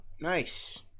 Nice